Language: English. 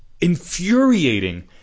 infuriating